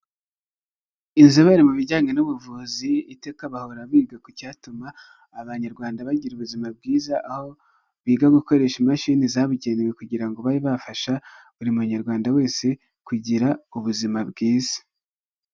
Inzobere mu bijyanye n'ubuvuzi iteka bahora biga ku cyatuma abanyarwanda bagira ubuzima bwiza, aho biga gukoresha imashini zabugenewe kugira ngo babe bafasha buri munyarwanda wese kugira ubuzima bwiza.